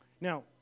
Now